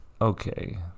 okay